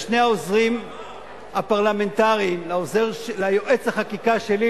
לשני העוזרים הפרלמנטריים: ליועץ החקיקה שלי,